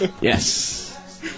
Yes